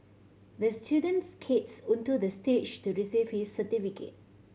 the student skated onto the stage to receive his certificate